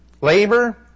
labor